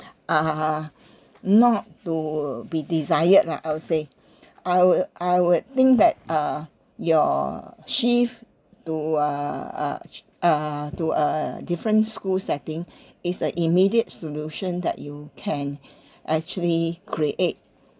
are not to be desired lah I would say I would I would think that uh your shift to a uh uh to a different school setting is an immediate solution that you can actually create